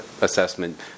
assessment